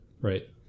Right